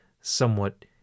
somewhat